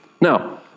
now